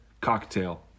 cocktail